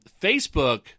Facebook